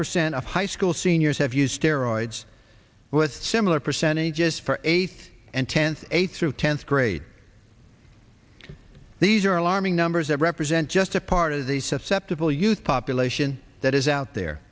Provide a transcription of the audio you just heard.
percent of high school seniors have used steroids with similar percentages for eighth and tenth eighth through tenth grade these are alarming numbers that represent just a part of the susceptible youth population that is out there